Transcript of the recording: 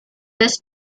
this